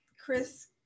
chris